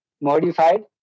modified